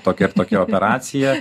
tokia ir tokia operacija